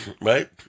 right